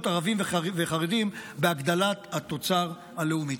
של ערבים וחרדים בהגדלת התוצר הלאומי.